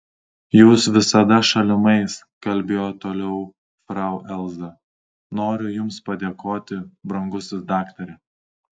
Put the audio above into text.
jūs visada šalimais kalbėjo toliau frau elza noriu jums padėkoti brangusis daktare